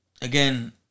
again